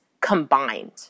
combined